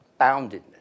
boundedness